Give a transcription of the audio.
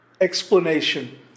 explanation